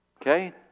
Okay